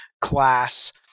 class